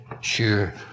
sure